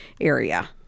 area